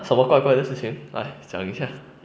什么怪怪的事情来讲一下